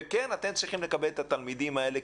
וכן אתם צריכים לקבל את התלמידים האלה,